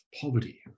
poverty